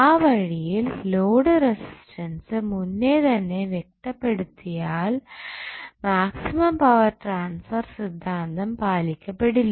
ആ വഴിയിൽ load resistance മുന്നേ തന്നെ വ്യക്തപ്പെടുതിയതാണെങ്കിൽ മാക്സിമം പവർ ട്രാൻസ്ഫർ സിദ്ധാന്തം പാലിക്കപ്പെടില്ല